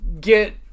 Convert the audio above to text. get